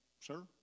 Sir